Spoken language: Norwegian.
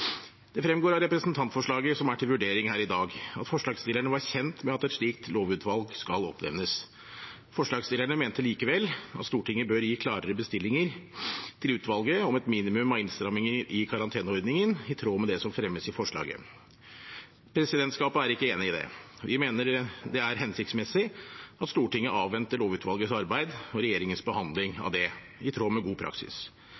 Det fremgår av representantforslaget som er til vurdering her i dag, at forslagsstillerne var kjent med at et slikt lovutvalg skal oppnevnes. Forslagsstillerne mente likevel at Stortinget bør gi klarere bestillinger til utvalget om et minimum av innstramminger i karanteneordningen, i tråd med det som fremmes i forslaget. Presidentskapet er ikke enig i det. Vi mener det er hensiktsmessig at Stortinget avventer lovutvalgets arbeid og regjeringens behandling av det, i tråd med god praksis.